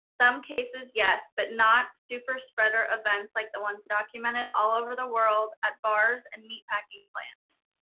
some cases yes, but not super spreader events like the ones documented all over the world at bars and meat packing plants.